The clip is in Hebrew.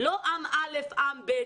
לא עם א' עם ב',